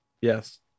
Yes